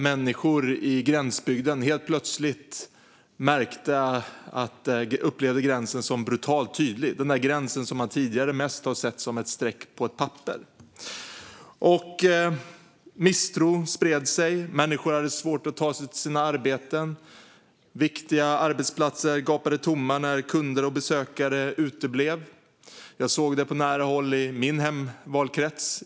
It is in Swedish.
Människor i gränsbygder upplevde helt plötsligt gränsen som brutalt tydlig efter att tidigare mest ha sett den som ett streck på ett papper. Misstro spred sig. Människor hade svårt att ta sig till sina arbeten. Viktiga arbetsplatser gapade tomma när kunder och besökare uteblev. Jag såg det på nära håll i min valkrets.